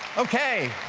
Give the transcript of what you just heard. okay